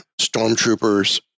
stormtroopers